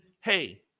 hey